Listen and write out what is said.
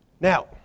Now